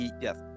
Yes